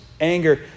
anger